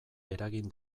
eragin